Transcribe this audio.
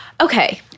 Okay